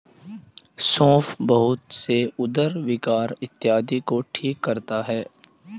सौंफ बहुत से उदर विकार इत्यादि को ठीक करता है